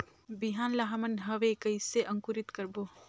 बिहान ला हमन हवे कइसे अंकुरित करबो?